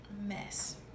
mess